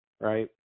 right